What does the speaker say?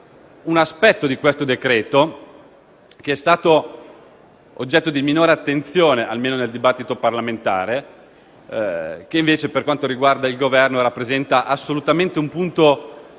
un aspetto del decreto-legge che è stato oggetto di minore attenzione, almeno nel dibattito parlamentare e che invece per quanto riguarda il Governo rappresenta un punto qualificante